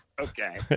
Okay